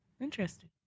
interesting